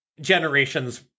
generations